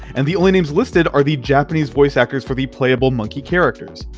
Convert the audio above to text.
and the only names listed are the japanese voice actors for the playable monkey characters.